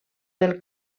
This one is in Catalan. del